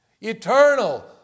Eternal